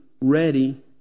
Ready